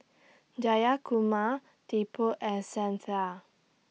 Jayakumar Tipu and Santha